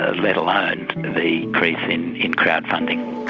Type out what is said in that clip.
ah let alone and the increase in in crowdfunding.